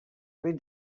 ben